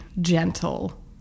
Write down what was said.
gentle